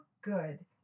good